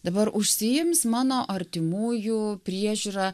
dabar užsiims mano artimųjų priežiūra